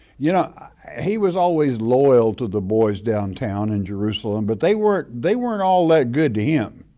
you know, he was always loyal to the boys downtown in jerusalem, but they weren't they weren't all that good to him.